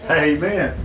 amen